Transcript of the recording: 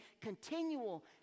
continual